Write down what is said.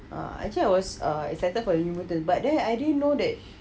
ah actually I was excited for you but then I didn't know that